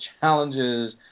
challenges